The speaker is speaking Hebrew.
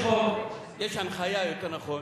יש חוק, יש הנחיה, יותר נכון,